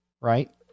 right